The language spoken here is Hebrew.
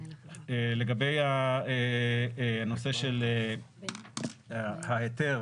לגבי הנושא של ההיתר